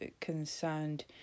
concerned